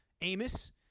Amos